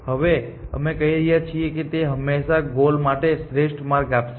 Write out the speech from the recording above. હવે અમે કહી રહ્યા છીએ કે તે હંમેશાં ગોલ માટે શ્રેષ્ઠ માર્ગ આપશે